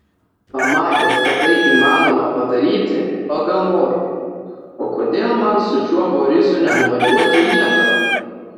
pamatęs kad tai įmanoma padaryti pagalvojau o kodėl man su šiuo borisu nenuvažiuoti į lietuvą